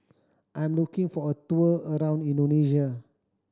I'm looking for a tour around Indonesia